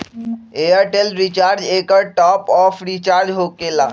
Airtel recharge एकर top of recharge होकेला?